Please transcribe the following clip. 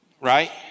right